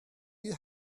you